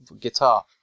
guitar